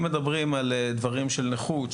אם מדברים על דברים של נכות,